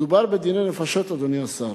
מדובר בדיני נפשות, אדוני השר.